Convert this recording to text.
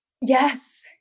Yes